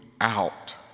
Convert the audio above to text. out